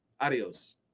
Adios